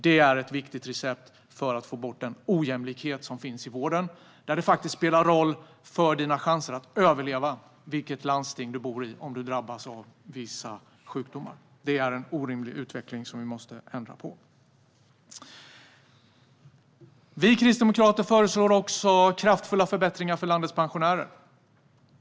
Det är ett viktigt recept för att få bort den ojämlikhet som finns i vården där det faktiskt spelar roll för dina chanser att överleva vilket landsting du bor i om du drabbas av vissa sjukdomar. Det är en orimlig utveckling som vi måste ändra på. Vi kristdemokrater föreslår också kraftfulla förbättringar för landets pensionärer.